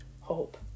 Hope